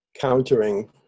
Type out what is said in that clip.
countering